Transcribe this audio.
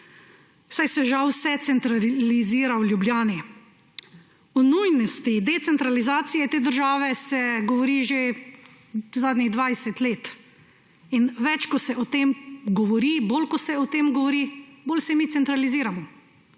saj se žal vse centralizira v Ljubljani. O nujnosti decentralizacije te države se govori že zadnjih 20 let in več kot se o tem govori, bolj kot se o tem govori, bolj se mi centraliziramo.